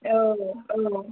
औ औ